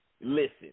Listen